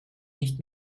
nicht